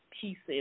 pieces